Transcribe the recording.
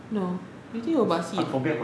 no you think it will basi or not